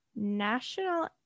National